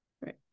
Right